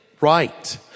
right